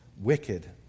wicked